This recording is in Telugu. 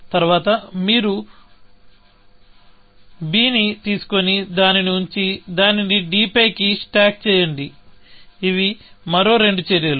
తరువాత మీరు b ని తీసుకొని దానిని ఉంచి దానిని d పైకి స్టాక్ చేయండి ఇవి మరో రెండు చర్యలు